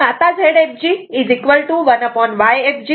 आता Zfg1Yfg 4